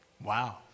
Wow